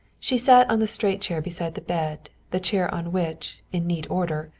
she sat on the straight chair beside the bed, the chair on which, in neat order,